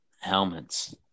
helmets